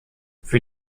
für